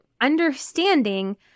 understanding